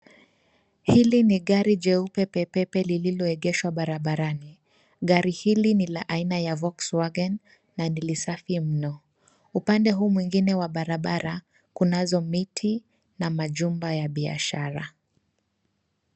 Hili ni gari jeupe pepepe! lililooegeshwa barabarani. Gari hili ni la aina ya Volkswagen na ni lisafi mno. Upande huu mwingine wa barabara kunazo miti na majumba ya biashara.